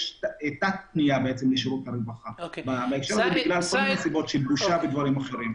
יש תת פנייה לשירות הרווחה בגלל כל מיני סיבות של בושה ודברים אחרים.